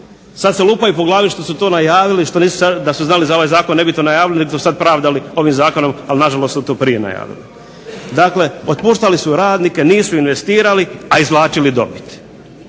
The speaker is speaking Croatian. Sad se lupaju po glavi što su to najavili, da su znali za ovaj zakon ne bi to najavili nego su sad pravdali ovim zakonom ali na žalost su to prije najavili. Dakle, otpuštali su radnike, nisu investirali, a izvlačili dobit.